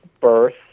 birth